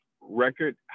record